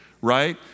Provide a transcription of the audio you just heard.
right